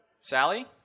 Sally